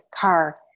car